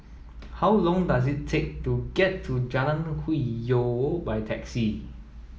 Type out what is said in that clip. how long does it take to get to Jalan Hwi Yoh by taxi